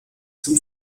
zum